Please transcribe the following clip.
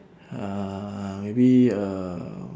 uh maybe uh